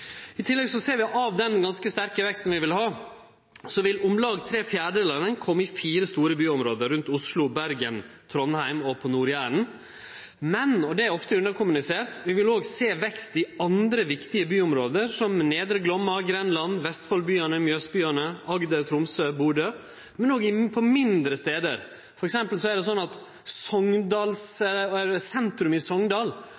I tillegg ser ein at av den ganske sterke veksten vi vil ha, vil om lag tre fjerdedelar av han kome i fire store byområde – rundt Oslo, Bergen, Trondheim og på Nord-Jæren. Men – og det er ofte underkommunisert – vi vil òg sjå vekst i andre viktige byområde, som ved nedre Glomma, Grenland, Vestfold-byane, Mjøs-byane, Agder, Tromsø og Bodø, og også på mindre stader. Det er f.eks. sånn at